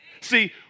See